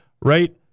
right